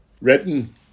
written